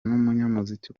n’umunyamuziki